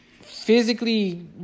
physically